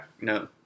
no